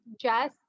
Jess